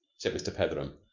said mr. petheram.